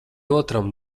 otram